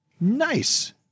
Nice